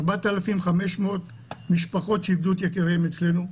4,500 משפחות שאיבדו את יקיריהן אצלנו,